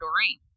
Doreen